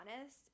honest